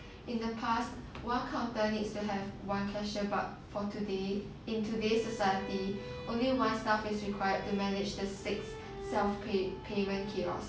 in the past one counter needs to have one cashier but for today in today's society only one staff is required to manage the six self pay payment kiosk